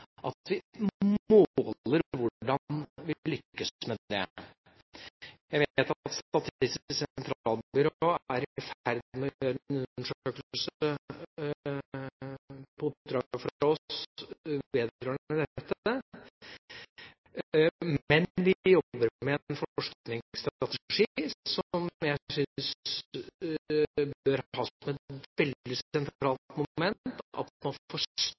at vi måler hvordan vi lykkes med det. Jeg vet at Statistisk sentralbyrå er i ferd med å gjøre en undersøkelse på oppdrag fra oss vedrørende dette, men vi jobber med en forskningsstrategi som jeg synes bør ha som et veldig sentralt moment at man